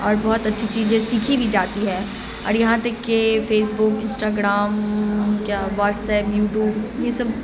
اور بہت اچھی چیزیں سیکھی بھی جاتی ہے اور یہاں تک کی فیسبک اسٹاگڑام کیا واٹساپ یوٹوب یہ سب